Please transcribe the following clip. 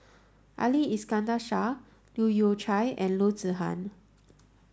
Ali Iskandar Shah Leu Yew Chye and Loo Zihan